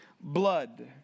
blood